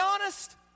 honest